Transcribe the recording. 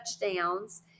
touchdowns